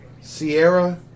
Sierra